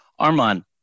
Arman